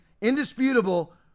indisputable